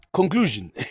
Conclusion